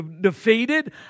defeated